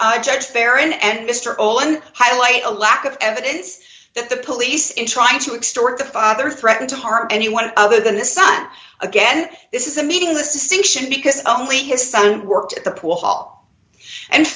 mister all and highlight a lack of evidence that the police in trying to extort the father threatened to harm anyone other than the son again this is a meaningless distinction because only his son worked at the pool hall and